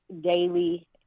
daily